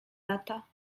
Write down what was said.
lata